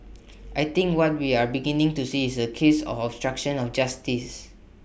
I think what we are beginning to see is A case of obstruction of justice